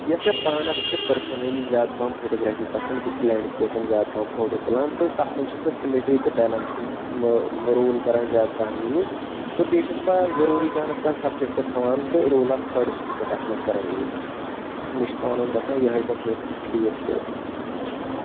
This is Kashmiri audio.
یۄس مےٚ پانس چھِ پٔرسنلی فوٹوگرافی پسنٛد بہٕ چھُ لینڈسکیپن زیادٕ پہم فوٹو تُلان تِہ تَتھ منٛز چھُس بِہ سِمٹری تِہ بیلنسنگ رول کران زیادٕ پہم یوٗز تِہ بیٚیہِ چھُس بہِ ضروٗری کانٛہہ نہ تہٕ کانٛہہ سبجکٹ تھاوان تہٕ رول آف تھأڈٕس چھُس بِہ تَتھ منٛز کران یوٗز تہٕ مےٚ چھُ پانس باسان یِہے ٹیکنیک ٹھیٖک تہٕ